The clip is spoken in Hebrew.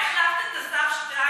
אולי החלפת את השר שטייניץ.